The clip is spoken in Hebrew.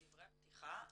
אלה דברי הפתיחה,